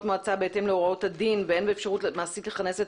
מועצה בהתאם להוראות הדין ואין אפשרות מעשית לכנס את